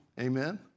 amen